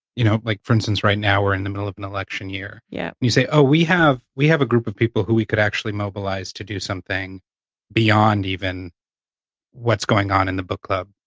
you know, like, for instance right now, we're in the middle of an election year. yeah and you say, oh, we have we have a group of people who we could actually mobilize to do something beyond even what's going on in the book club.